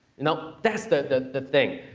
know, that's the the thing.